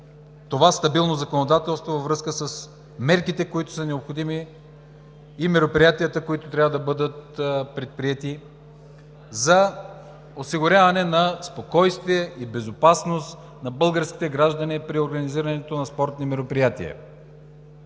това стабилно законодателство във връзка с мерките, които са необходими, и мероприятията, които трябва да бъдат предприети, за осигуряване на спокойствие и безопасност на българските граждани при организирането на спортни мероприятия.